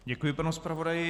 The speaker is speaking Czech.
Děkuji panu zpravodaji.